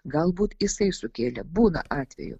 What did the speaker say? galbūt jisai sukėlė būna atvejų